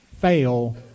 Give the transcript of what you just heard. fail